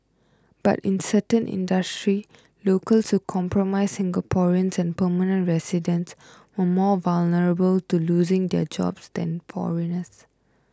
but in certain industries locals who comprise Singaporeans and permanent residents were more vulnerable to losing their jobs than foreigners